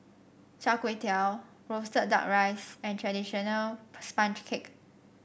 Char Kway Teow roasted duck rice and traditional sponge cake